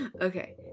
Okay